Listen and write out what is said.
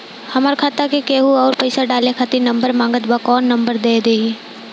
हमार खाता मे केहु आउर पैसा डाले खातिर नंबर मांगत् बा कौन नंबर दे दिही?